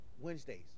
Wednesdays